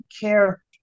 care